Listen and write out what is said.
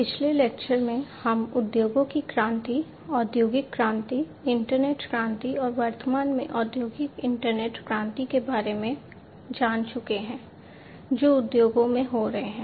पिछले लेक्चर में हम उद्योगों की क्रांति औद्योगिक क्रांति इंटरनेट क्रांति और वर्तमान में औद्योगिक इंटरनेट क्रांति के बारे में जान चुके हैं जो उद्योगों में हो रहे हैं